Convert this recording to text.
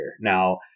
Now